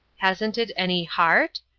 hasn't it any heart?